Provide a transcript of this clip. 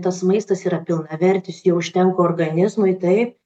tas maistas yra pilnavertis jo užtenka organizmui tai